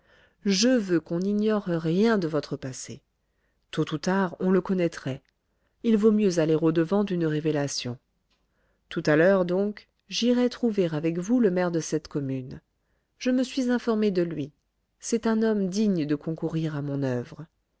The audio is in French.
je veux qu'on n'ignore rien de votre passé tôt ou tard on le connaîtrait il vaut mieux aller au-devant d'une révélation tout à l'heure donc j'irai trouver avec vous le maire de cette commune je me suis informé de lui c'est un homme digne de concourir à mon oeuvre